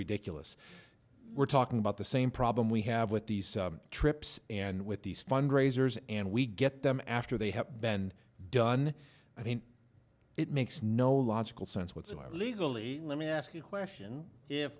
ridiculous we're talking about the same problem we have with these trips and with these fundraisers and we get them after they have been done i mean it makes no logical sense whatsoever legally let me ask you question if